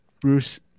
Bruce